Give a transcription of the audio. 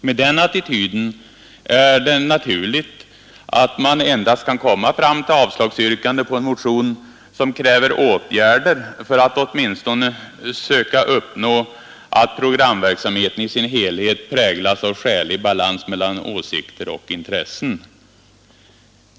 Med den attityden är det naturligt att man endast kan komma fram till att yrka avslag på en motion som kräver åtgärder för att åtminstone söka uppnå att ”programverksamheten i sin helhet präglas av skälig balans mellan åsikter och intressen”.